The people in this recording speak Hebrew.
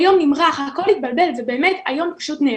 היום נמרח, הכול התבלבל ובאמת היום פשוט נהרס.